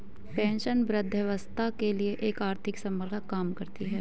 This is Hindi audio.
पेंशन वृद्धावस्था के लिए एक आर्थिक संबल का काम करती है